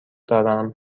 دارم